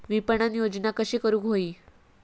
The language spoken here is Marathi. विपणन योजना कशी करुक होई?